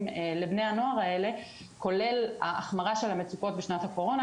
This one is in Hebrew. לבני הנוער האלה כולל ההחמרה של המצוקות בשנת הקורונה